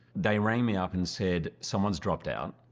they rang me up and said, someone's dropped out,